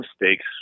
mistakes